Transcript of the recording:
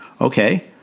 okay